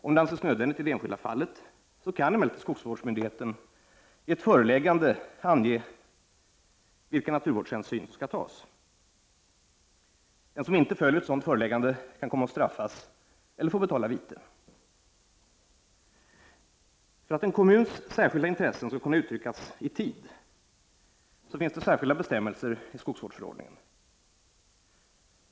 Om det anses nödvändigt i det enskilda fallet, kan emellertid skogsvårdsmyndigheten i ett föreläggande ange vilka naturvårdshänsyn som skall tas. Den som inte följer ett sådant föreläggande kan komma att straffas eller få betala vite. För att en kommuns särskilda intressen skall kunna uttryckas i tid finns det särskilda bestämmelser i skogsvårdsförordningen.